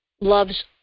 loves